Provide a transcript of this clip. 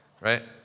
right